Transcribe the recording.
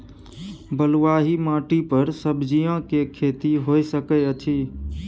बलुआही माटी पर सब्जियां के खेती होय सकै अछि?